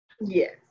Yes